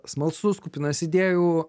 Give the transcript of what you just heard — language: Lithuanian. smalsus kupinas idėjų